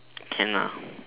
can lah